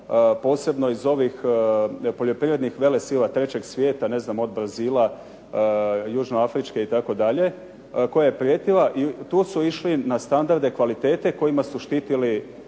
posebno iz ovih poljoprivrednih velesila trećeg svijeta ne znam od Brazila, južnoafričke itd. koja je prijetila tu su išli na standarde kvalitete kojima su štitili,